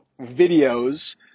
videos